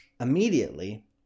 immediately